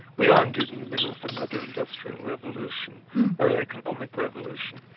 we are indeed in the middle of another industrial revolution or economic revolution.